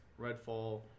Redfall